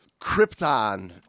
krypton